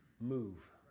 move